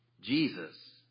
Jesus